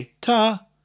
ta